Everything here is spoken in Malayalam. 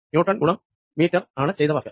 ന്യൂട്ടൻ ഗുണം മീറ്റർ ആണ് ചെയ്ത വർക്ക്